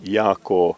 jako